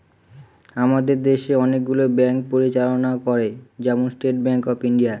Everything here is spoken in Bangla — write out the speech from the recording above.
আমাদের দেশে অনেকগুলো ব্যাঙ্ক পরিচালনা করে, যেমন স্টেট ব্যাঙ্ক অফ ইন্ডিয়া